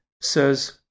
says